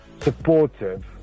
supportive